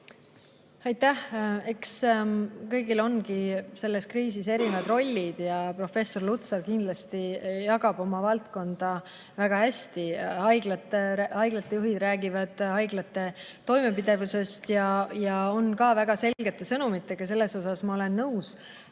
Aitäh! Eks kõigil ongi selles kriisis erinevad rollid ja professor Lutsar kindlasti jagab seda valdkonda väga hästi. Haiglate juhid räägivad haiglate toimepidevusest ja nende sõnumid on väga selged. Sellega ma olen nõus.